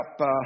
up